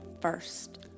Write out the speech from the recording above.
first